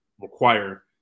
require